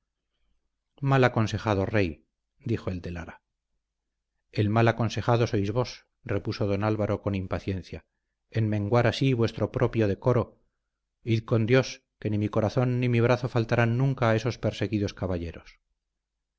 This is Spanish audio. mal aconsejado rey dijo el de lara el mal aconsejado sois vos repuso don álvaro con impaciencia en menguar así vuestro propio decoro id con dios que ni mi corazón ni mi brazo faltarán nunca a esos perseguidos caballeros